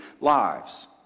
lives